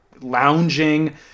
lounging